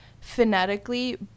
phonetically